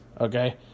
okay